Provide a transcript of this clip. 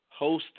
hosted